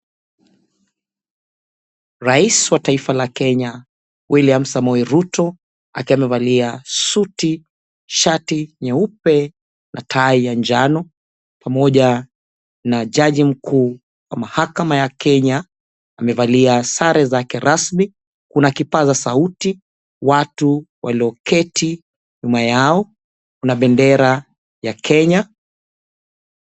Rais wa taifa la Kenya, William Samoei Ruto, akiwa amevalia suti, shati nyeupe na tai ya njano, pamoja na Jaji Mkuu wa mahakama ya Kenya, amevalia sare zake rasmi. Kuna kipaza sauti, watu walioketi nyuma yao, kuna bendera ya Kenya.